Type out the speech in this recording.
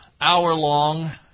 hour-long